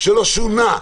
שלא שונה,